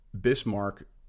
bismarck